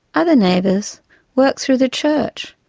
other neighbours worked through the church,